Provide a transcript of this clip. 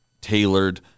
tailored